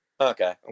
Okay